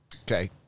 Okay